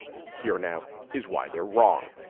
here now is why they're wrong.